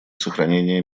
сохранения